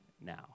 now